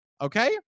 Okay